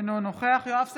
אינו נוכח יואב סגלוביץ'